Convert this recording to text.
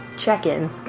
check-in